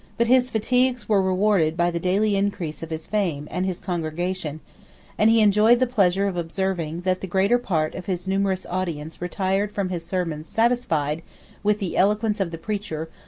but his fatigues were rewarded by the daily increase of his fame and his congregation and he enjoyed the pleasure of observing, that the greater part of his numerous audience retired from his sermons satisfied with the eloquence of the preacher,